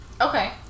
Okay